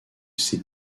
ses